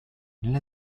nella